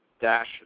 Dash